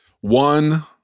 one